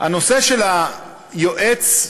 של היועץ,